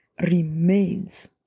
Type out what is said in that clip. remains